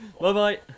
Bye-bye